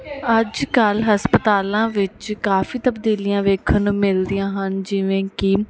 ਅੱਜ ਕੱਲ੍ਹ ਹਸਪਤਾਲਾਂ ਵਿੱਚ ਕਾਫ਼ੀ ਤਬਦੀਲੀਆਂ ਵੇਖਣ ਨੂੰ ਮਿਲਦੀਆਂ ਹਨ ਜਿਵੇਂ ਕਿ